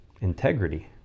integrity